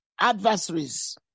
adversaries